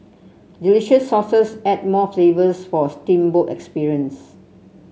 delicious sauces add more flavours for a steamboat experience